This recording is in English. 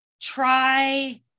try